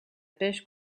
pêche